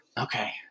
Okay